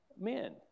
men